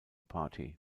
party